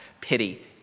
pity